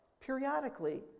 periodically